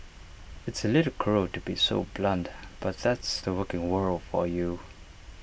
it's A little cruel to be so blunt but that's the working world for you